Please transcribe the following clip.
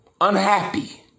Unhappy